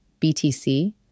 BTC